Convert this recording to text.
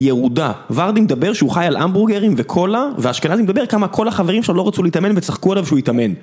ירודה, ורדי מדבר שהוא חי על המבורגרים וקולה, ואשכנזי מדבר כמה כל החברים שלו לא רצו להתאמן וצחקו עליו שהוא יתאמן.